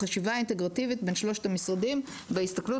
החשיבה האינטגרטיבית בין שלושת המשרדים בהסתכלות,